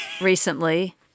recently